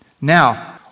Now